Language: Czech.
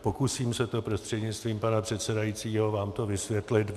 Pokusím se vám to prostřednictvím pana předsedajícího vysvětlit.